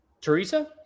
Teresa